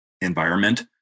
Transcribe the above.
environment